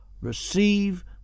Receive